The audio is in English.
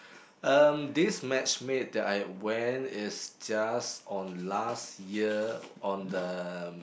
um this matchmake that I went is just on last year on the